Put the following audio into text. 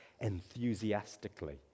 enthusiastically